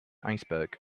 iceberg